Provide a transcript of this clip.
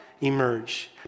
emerge